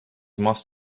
must